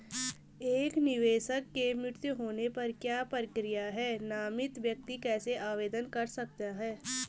एक निवेशक के मृत्यु होने पर क्या प्रक्रिया है नामित व्यक्ति कैसे आवेदन कर सकता है?